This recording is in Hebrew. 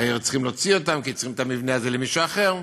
היו צריכים להוציא אותם כי צריכים את המבנה הזה למישהו אחר,